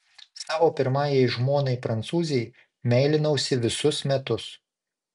savo pirmajai žmonai prancūzei meilinausi visus metus